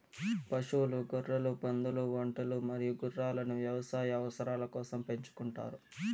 పశువులు, గొర్రెలు, పందులు, ఒంటెలు మరియు గుర్రాలను వ్యవసాయ అవసరాల కోసం పెంచుకుంటారు